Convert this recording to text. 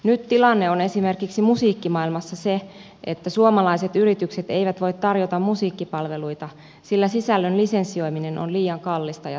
nyt tilanne on esimerkiksi musiikkimaailmassa se että suomalaiset yritykset eivät voi tarjota musiikkipalveluita sillä sisällön lisensioiminen on liian kallista ja työlästä